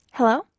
Hello